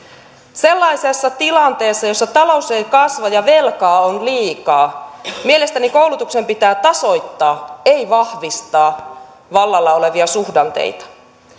sellaisessa tilanteessa jossa talous ei kasva ja velkaa on liikaa mielestäni koulutuksen pitää tasoittaa ei vahvistaa vallalla olevia suhdanteita